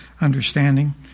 understanding